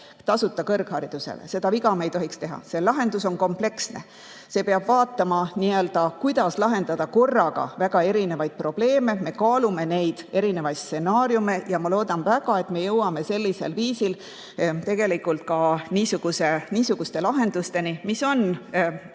tasuta kõrgharidusele – seda viga me ei tohiks teha. See lahendus on kompleksne. Peab vaatama, kuidas lahendada korraga väga erinevaid probleeme. Me kaalume neid stsenaariume ja ma loodan väga, et jõuame sellisel viisil tegelikult niisuguste lahendusteni, mis on